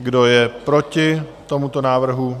Kdo je proti tomuto návrhu?